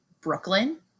Brooklyn